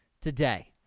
today